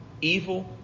evil